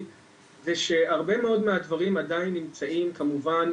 זה שהרבה מאוד מהדברים עדיין נמצאים כמובן